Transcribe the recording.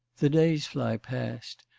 the days fly past.